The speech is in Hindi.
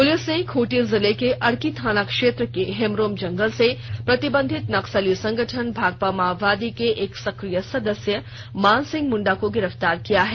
पुलिस ने खूंटी जिले के अड़की थाना क्षेत्र के हेमरोम जंगल से प्रतिबंधित नक्सली संगठन भाकपा माओवादी के एक सक्रिय सदस्य मान सिंह मुंडा को गिरफ्तार किया है